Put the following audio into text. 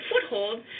foothold